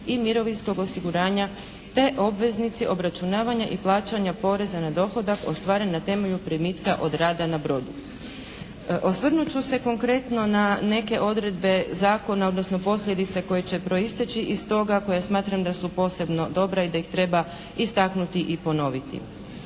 i mirovinskog osiguranja te obveznici obračunavanja i plaćanja poreza na dohodak ostvaren na temelju primitka od rada na brodu. Osvrnut ću se konkretno na neke odredbe zakona odnosno posljedice koje će proisteći iz toga koje ja smatram da su posebno dobra i da ih treba istaknuti i ponoviti.